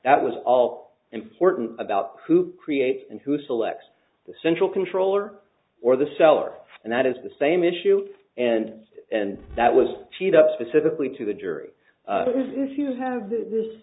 that was all important about who creates and who selects the central controller or the seller and that is the same issue and and that was cheat up specifically to the jury if you have this di